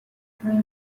پایان